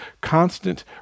constant